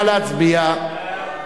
נא להצביע.